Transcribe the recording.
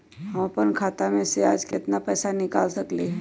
हम अपन खाता में से आज केतना पैसा निकाल सकलि ह?